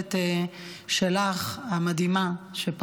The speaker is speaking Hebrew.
היכולת המדהימה שלך,